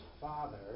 Father